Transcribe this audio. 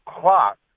clock